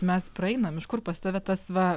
mes praeinam iš kur pas tave tas va